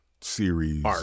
series